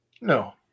no